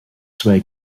zwei